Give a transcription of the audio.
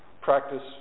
practice